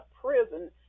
prison